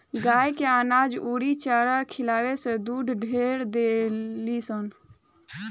गाय के अनाज अउरी चारा खियावे से दूध ढेर देलीसन